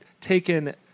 taken